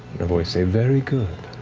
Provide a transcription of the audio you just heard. voice say, very good.